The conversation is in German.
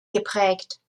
geprägt